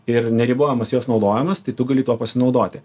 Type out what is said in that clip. ir neribojamas jos naudojimas tai tu gali tuo pasinaudoti